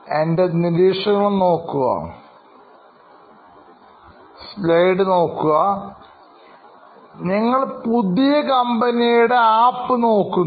എൻറെ നിരീക്ഷണങ്ങൾ നോക്കുക ഞങ്ങൾ പുതിയ കമ്പനിയുടെ ആപ്പ് നോക്കുന്നു